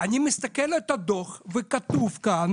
אני מסתכל על הדו"ח וכתוב כאן